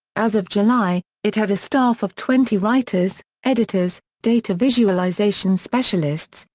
as of july, it had a staff of twenty writers, editors, data visualization specialists,